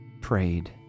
prayed